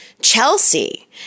Chelsea